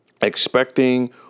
expecting